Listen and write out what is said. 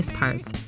parts